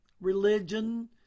religion